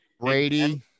brady